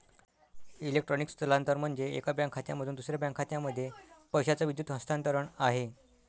electronic स्थलांतरण म्हणजे, एका बँक खात्यामधून दुसऱ्या बँक खात्यामध्ये पैशाचं विद्युत हस्तांतरण आहे